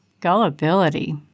gullibility